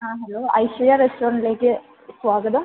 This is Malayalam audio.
യെസ് ഹലോ ഐശ്വര്യ റെസ്റ്റോറന്റിലേക്ക് സ്വാഗതം